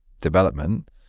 development